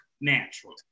natural